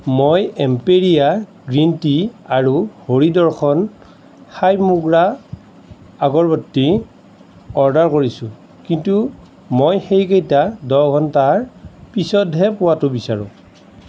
মই এম্পেৰীয়া green tea আৰু হৰিদৰ্শন সাই মোগৰা অগৰবট্টি অৰ্ডাৰ কৰিছোঁ কিন্তু মই সেইকেইটা দহ ঘণ্টাৰ পিছতহে পোৱাতো বিচাৰোঁ